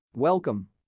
Welcome